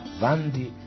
vandi